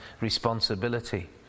responsibility